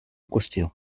qüestió